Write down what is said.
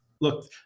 Look